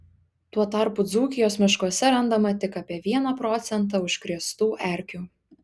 tuo tarpu dzūkijos miškuose randama tik apie vieną procentą užkrėstų erkių